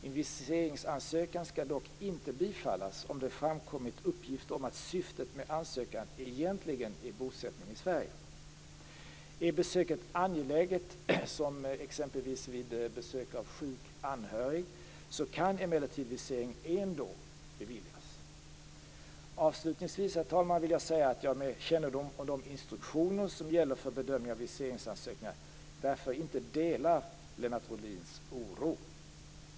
En viseringsansökan skall dock inte bifallas om det framkommit uppgifter om att syftet med ansökan egentligen är bosättning i Sverige. Är besöket angeläget, som exempelvis vid besök av sjuk anhörig, kan emellertid visering ändå beviljas. Avslutningsvis, herr talman, vill jag säga att jag med kännedom om de instruktioner som gäller för bedömningar av viseringsansökningar därför inte delar Lennart Rohdins oro.